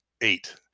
eight